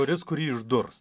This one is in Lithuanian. kuris kurį išdurs